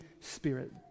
Spirit